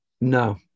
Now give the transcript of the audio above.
No